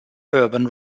urban